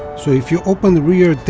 so if you open the rear